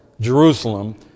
Jerusalem